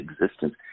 existence